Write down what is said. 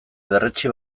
berretsi